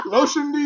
Lotion